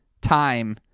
time